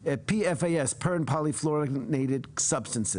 PFAS: Per- and polyfluoroalkyl substances.